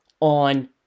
on